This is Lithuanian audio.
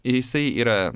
ir jisai yra